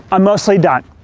i'm mostly done.